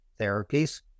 therapies